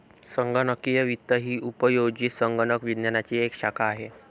संगणकीय वित्त ही उपयोजित संगणक विज्ञानाची एक शाखा आहे